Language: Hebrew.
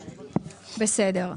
בסדר.